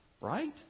Right